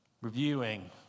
reviewing